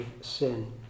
sin